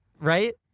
Right